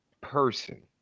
person